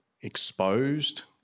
exposed